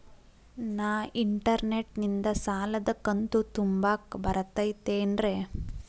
ನಾ ಇಂಟರ್ನೆಟ್ ನಿಂದ ಸಾಲದ ಕಂತು ತುಂಬಾಕ್ ಬರತೈತೇನ್ರೇ?